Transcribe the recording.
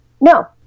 No